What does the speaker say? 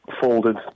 folded